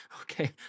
Okay